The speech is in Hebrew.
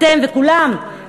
אתם וכולם,